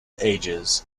ages